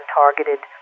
targeted